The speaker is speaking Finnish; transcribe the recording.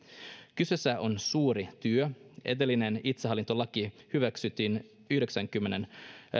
kyseessä on suuri työ edellinen itsehallintolaki hyväksyttiin yhdeksänkymmentä